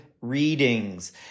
readings